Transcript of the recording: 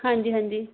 ਹਾਂਜੀ ਹਾਂਜੀ